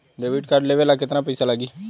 Debit card लेवे ला केतना पईसा लागी?